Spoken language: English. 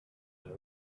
and